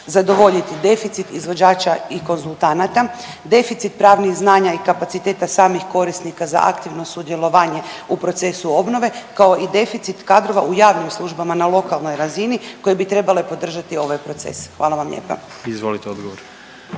zadovoljiti deficit izvođača i konzultanata, deficit pravnih znanja i kapaciteta samih korisnika za aktivno sudjelovanje u procesu obnove kao i deficit kadrova u javnim službama na lokalnoj razini koje bi trebale podržati ovaj proces. Hvala vam lijepa. **Jandroković,